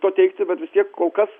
to teigti bet vis tiek kol kas